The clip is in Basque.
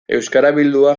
euskarabildua